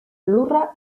lurra